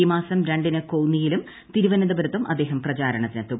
ഈ മാസം രണ്ടിന് കോന്നിയിലും തീരുവന്ന്തപുരത്തും അദ്ദേഹം പ്രചാരണത്തിനെത്തും